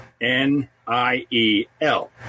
N-I-E-L